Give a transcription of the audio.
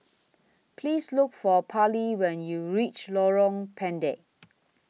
Please Look For Parlee when YOU REACH Lorong Pendek